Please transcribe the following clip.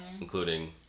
including